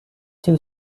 two